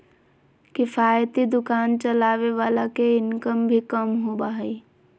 किफायती दुकान चलावे वाला के इनकम भी कम होबा हइ